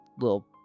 little